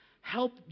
help